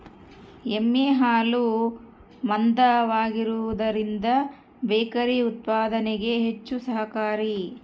ಎಮ್ಮೆ ಹಾಲು ಮಂದವಾಗಿರುವದರಿಂದ ಬೇಕರಿ ಉತ್ಪಾದನೆಗೆ ಹೆಚ್ಚು ಸಹಕಾರಿ